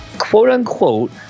quote-unquote